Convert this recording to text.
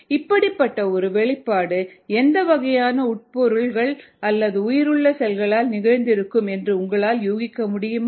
இப்படிப்பட்ட ஒரு வெளிப்பாடு எந்த வகையான உட்பொருள் அல்லது உயிருள்ள செல்களால் நிகழ்ந்திருக்கும் என்று உங்களால் யூகிக்க முடியுமா